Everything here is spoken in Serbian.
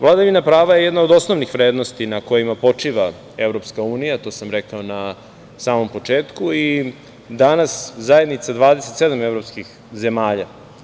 Vladavina prava je jedna od osnovnih vrednosti na kojima počiva Evropska unija, to sam rekao na samom početku i danas zajednica 27 evropskih zemalja.